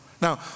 Now